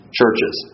churches